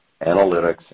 analytics